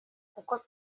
kuko